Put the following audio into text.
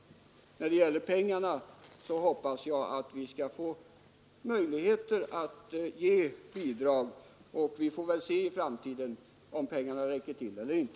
När det gäller pengarna hoppas jag att vi skall få möjligheter att ge bidrag, och vi får väl se i framtiden om pengarna räcker till eller inte.